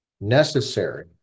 necessary